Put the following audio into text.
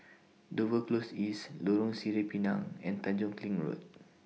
Dover Close East Lorong Sireh Pinang and Tanjong Kling Road